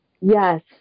yes